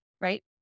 right